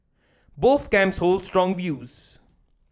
both camps hold strong views